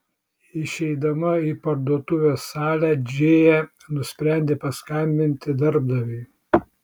išeidama į parduotuvės salę džėja nusprendė paskambinti darbdaviui